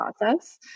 process